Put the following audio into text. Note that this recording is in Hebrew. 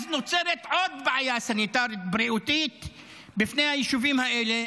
אז נוצרת בעיה סניטרית בריאותי בפני היישובים האלה.